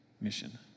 mission